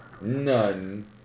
None